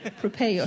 Prepare